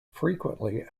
frequently